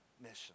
mission